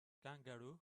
kangaroo